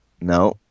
No